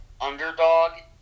underdog